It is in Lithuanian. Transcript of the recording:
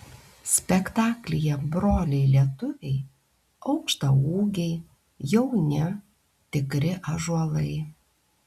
spektaklyje broliai lietuviai aukštaūgiai jauni tikri ąžuolai